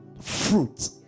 fruit